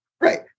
Right